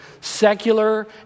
secular